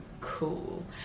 cool